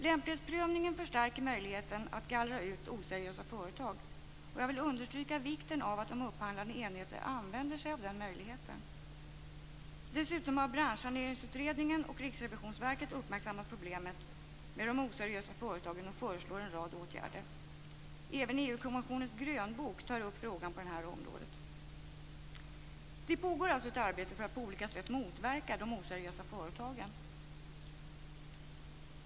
Lämplighetsprövningen förstärker möjligheten att gallra ut oseriösa företag. Jag vill understryka vikten av att de upphandlande enheterna använder sig av den möjligheten. Dessutom har Branschsaneringsutredningen och Riksrevisionsverket uppmärksammat problemet med de oseriösa företagen och föreslår en rad åtgärder. Även EU-kommissionens grönbok tar upp frågor på det här området. Det pågår alltså ett arbete för att på olika sätt motverka de oseriösa företagen.